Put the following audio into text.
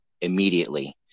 immediately